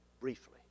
briefly